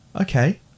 okay